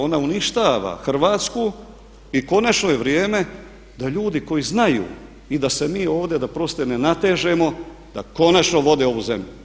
Ona uništava Hrvatsku i konačno je vrijeme da ljudi koji znaju i da se mi ovdje da oprostite ne natežemo da konačno vode ovu zemlju.